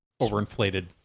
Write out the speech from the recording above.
overinflated